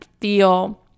feel